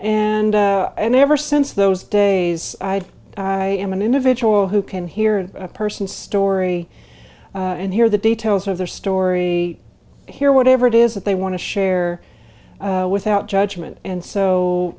and and ever since those days i am an individual who can hear a person's story and hear the details of their story hear whatever it is that they want to share without judgment and so